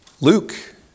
Luke